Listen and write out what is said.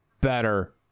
better